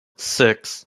six